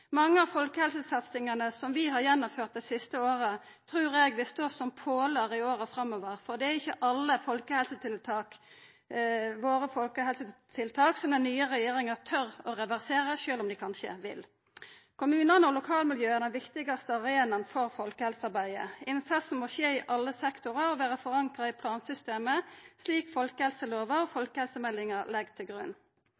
Mange av folkehelsesatsingane vi har gjennomført dei siste åra, trur eg vil stå som pålar i åra framover. For det er ikkje alle folkehelsetiltaka våre den nye regjeringa tør å reversera sjølv om dei kanskje vil. Kommunane og lokalmiljøet er den viktigaste arenaen for folkehelsearbeidet. Innsatsen må skje i alle sektorar og vera forankra i plansystemet, slik folkehelselova og